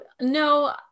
No